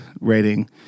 rating